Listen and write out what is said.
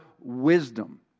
wisdom